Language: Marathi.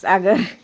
अगं